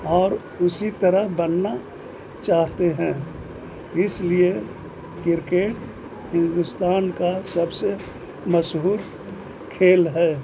اور اسی طرح بننا چاہتے ہیں اس لیے کرکٹ ہندوستان کا سب سے مشہور کھیل ہے